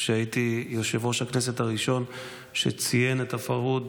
שהייתי יושב-ראש הכנסת הראשון שציין את הפרהוד